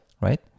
right